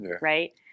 right